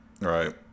Right